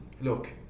look